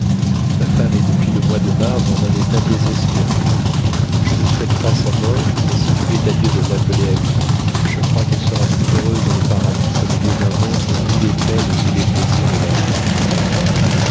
ma femme est depuis le mois de mars dans un état désespéré je ne souhaite pas sa mort mais s'il plaît à dieu de l'appeler à lui je crois qu'elle sera plus heureuse dans le paradis qu'au milieu d'un monde dont ni les peines ni les plaisirs ne l'affectent